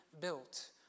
built